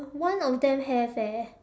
mine on them have eh